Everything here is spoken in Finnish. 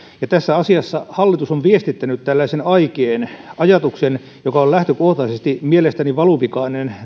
ja tässä asiassa hallitus on viestittänyt näistä työelämän muutoksista tällaisen aikeen ajatuksen joka on lähtökohtaisesti mielestäni valuvikainen